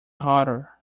harder